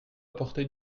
apporter